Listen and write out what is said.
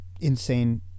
insane